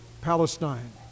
Palestine